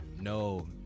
no